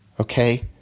Okay